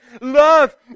Love